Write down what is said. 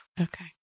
Okay